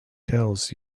tells